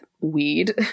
weed